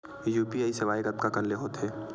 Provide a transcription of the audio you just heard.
UPI सेवाएं कतका कान ले हो थे?